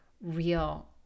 real